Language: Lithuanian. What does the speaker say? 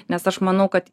nes aš manau kad